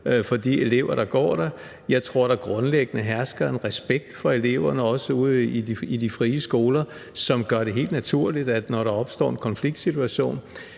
for de elever, der går der. Jeg tror, at der grundlæggende hersker en respekt for eleverne, også ude på de frie skoler, som gør det helt naturligt, at når der opstår en konfliktsituation,